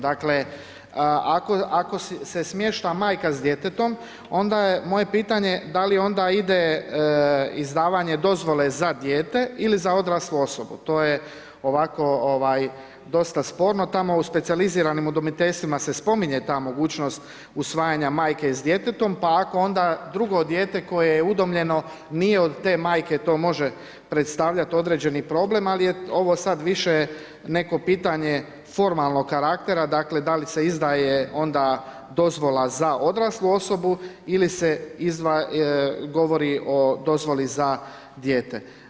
Dakle, ako se smješta majka s djetetom, onda je moje pitanje, da li onda ide izdavanje dozvole za dijete ili za odraslu osobu, to je ovako dosta sporno, tamo u specijaliziranim udomiteljstvom se spominje ta mogućnost usvajanje majke s djetetom pa ako onda drugo dijete koje je udomljeno nije od te majke, to može predstavljati određeni problem, ali je ovo sada više neko pitanje formalnog karaktera, dakle, da li se izdaje onda dozvola za odraslu osobu ili se govori o dozvoli za dijete.